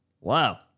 wow